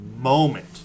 moment